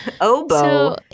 Oboe